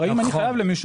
והרי אם אני חייב למישהו,